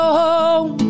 home